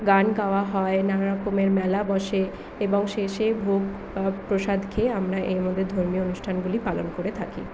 গান গাওয়া হয় নানারকমের মেলা বসে এবং শেষে ভোগ বা প্রসাদ খেয়ে আমরা এর ধর্মীয় অনুষ্ঠানগুলি পালন করে থাকি